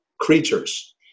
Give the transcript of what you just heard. creatures